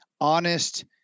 honest